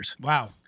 Wow